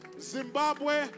Zimbabwe